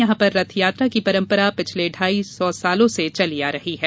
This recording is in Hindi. यहां पर रथ यात्रा की परम्परा पिछले ढाई सौ सालों से चली आ रही है